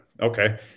Okay